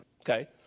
okay